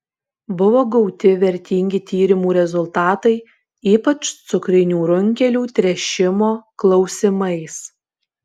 buvo gauti vertingi tyrimų rezultatai ypač cukrinių runkelių tręšimo klausimais